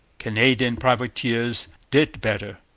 canadian privateers did better.